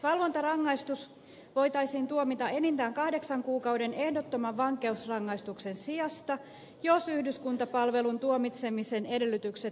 valvontarangaistus voitaisiin tuomita enintään kahdeksan kuukauden ehdottoman vankeusrangaistuksen sijasta jos yhdyskuntapalvelun tuomitsemisen edellytykset puuttuvat